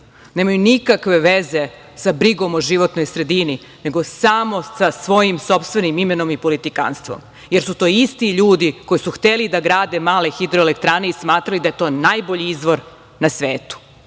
nemaju nikakve veze sa brigom o životnoj sredini, nego samo svojim sopstvenim imenom i politikanstvom, jer su to isti ljudi koji su hteli da grade male hidroelektrane i smatrali da je to najbolji izvor na svetu.